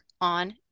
on